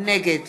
נגד